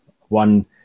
One